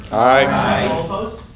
aye. all opposed?